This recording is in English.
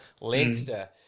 Leinster